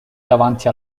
davanti